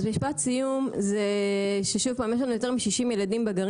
אז משפט סיום זה שעוד פעם: יש לנו יותר מ-60 ילדים בגרעין